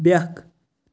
بیکھ